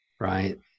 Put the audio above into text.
right